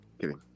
Kidding